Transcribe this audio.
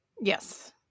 Yes